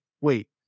wait